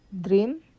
dream